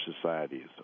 societies